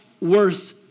worth